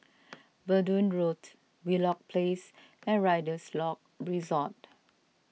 Verdun Road Wheelock Place and Rider's Lodge Resort